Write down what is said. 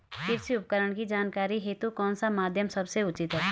कृषि उपकरण की जानकारी हेतु कौन सा माध्यम सबसे उचित है?